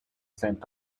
scent